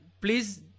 please